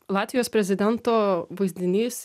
latvijos prezidento vaizdinys